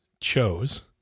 chose